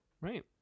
Right